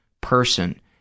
person